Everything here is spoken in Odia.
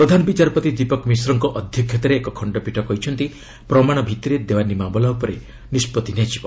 ପ୍ରଧାନବିଚାରପତି ଦୀପକ ମିଶ୍ରଙ୍କ ଅଧ୍ୟକ୍ଷତାରେ ଏକ ଖଣ୍ଡପୀଠ କହିଛନ୍ତି ପ୍ରମାଣ ଭିତ୍ତିରେ ଦେୱାନୀ ମାମଲା ଉପରେ ନିଷ୍କଭି ନିଆଯିବ